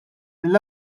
mill